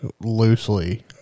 loosely